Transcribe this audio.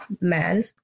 Man